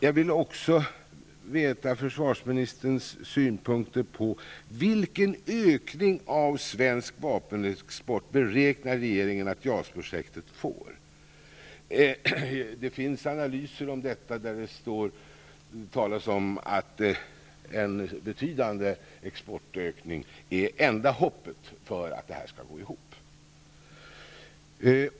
Jag vill också få försvarsministerns synpunkter på vilken ökning av svensk vapenexport som regeringen beräknar att JAS-projektet får. Det finns analyser om detta där det talas om att en betydande exportökning är enda hoppet för att detta skall gå ihop.